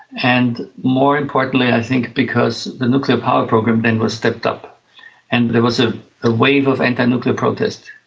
and more importantly i think because the nuclear power program then was stepped up and there was ah a wave of anti-nuclear protest,